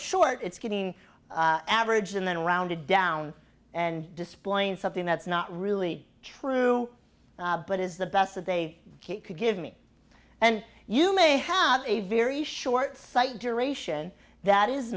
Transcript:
short it's getting average and then rounded down and displaying something that's not really true but is the best that they could give me and you may have a very short sighted duration that is